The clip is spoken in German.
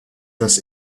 das